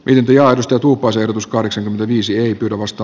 lyydia istuutuuko se erotus kahdeksan viisi oli vasta